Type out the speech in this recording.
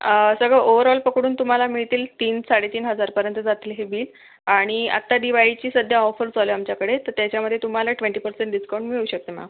सगळं ओवरऑल पकडून तुम्हाला मिळतील तीन साडेतीन हजारपर्यंत जातील हे बिल आणि आता दिवाळीची सध्या ऑफर चालू आहे आमच्याकडे तर त्याच्यामध्ये तुम्हाला ट्वेंटी परसेंट डिस्काउंट मिळू शकतं मॅम